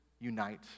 unite